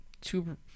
two